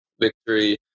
victory